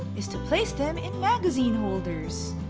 is to place them in magazine holders!